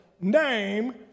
name